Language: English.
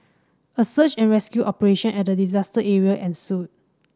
a search and rescue operation at the disaster area ensued